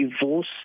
divorce